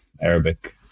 Arabic